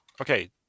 Okay